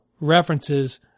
references